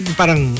parang